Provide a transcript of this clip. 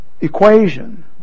equation